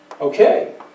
Okay